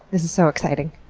this is so exciting.